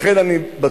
לכן אני בטוח,